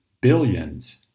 billions